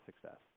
success